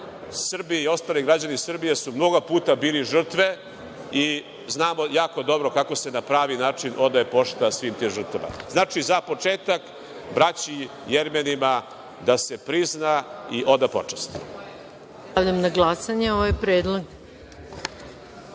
Srbija i ostali građani Srbije su mnogo puta bili žrtve i znamo jako dobro kako se na pravi način odaje pošta svim tim žrtvama. Znači, za početak, braći Jermenima da se prizna i oda počast.